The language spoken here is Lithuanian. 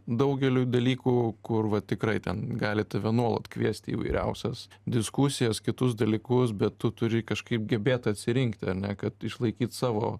daugeliui dalykų kur va tikrai ten gali tave nuolat kviesti į įvairiausias diskusijas kitus dalykus bet tu turi kažkaip gebėt atsirinkti ar ne kad išlaikyt savo